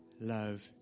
love